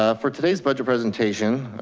ah for today's budget presentation,